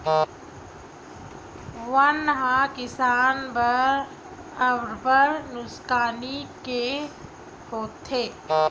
बन ह किसान बर अब्बड़ नुकसानी के होथे